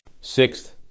sixth